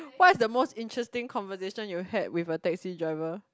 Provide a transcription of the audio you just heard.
what's the most interesting conversation you've had with a taxi driver